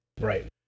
Right